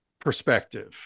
perspective